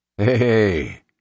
Hey